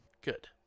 Good